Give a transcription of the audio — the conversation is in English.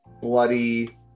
bloody